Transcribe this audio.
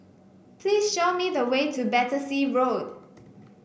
please show me the way to Battersea Road